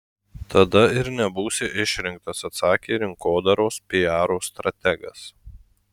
tada ir nebūsi išrinktas atsakė rinkodaros piaro strategas